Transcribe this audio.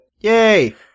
Yay